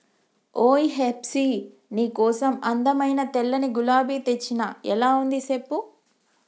ఓయ్ హెప్సీ నీ కోసం అందమైన తెల్లని గులాబీ తెచ్చిన ఎలా ఉంది సెప్పు